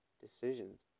decisions